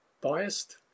biased